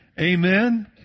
Amen